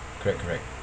correct correct